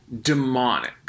demonic